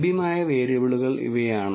ലഭ്യമായ വേരിയബിളുകൾ ഇവയാണ്